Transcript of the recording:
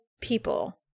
people